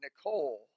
Nicole